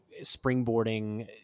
springboarding